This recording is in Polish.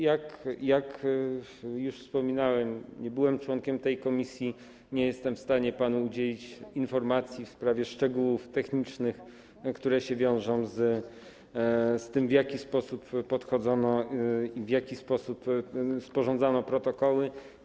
Jak już wspominałem, nie byłem członkiem tej komisji, nie jestem w stanie panu udzielić informacji w sprawie szczegółów technicznych, które wiążą się z tym, w jaki sposób podchodzono do tego i w jaki sposób sporządzano protokoły.